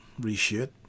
reshoot